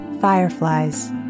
fireflies